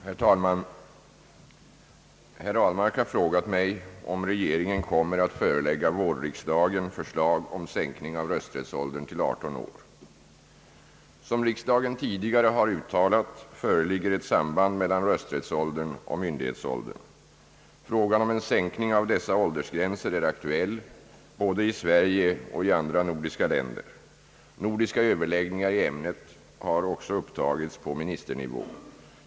Herr talman! Herr Ahlmark har frågat mig om regeringen kommer att förelägga vårriksdagen förslag om sänkning av rösträttsåldern till 18 år. Som riksdagen tidigare har uttalat föreligger ett samband mellan rösträttsåldern och myndighetsåldern. Frågan om en sänkning av dessa åldersgränser är aktuell både i Sverige och i andra nordiska länder. Nordiska Ööverlägg ningar i ämnet har upptagits på ministernivå.